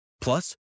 Plus